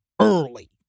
early